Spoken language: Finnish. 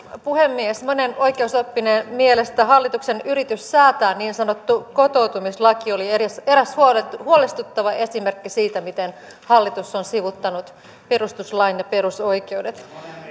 puhemies monen oikeusoppineen mielestä hallituksen yritys säätää niin sanottu kotoutumislaki oli eräs eräs huolestuttava huolestuttava esimerkki siitä miten hallitus on sivuuttanut perustuslain ja perusoikeudet